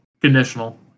conditional